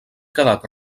quedat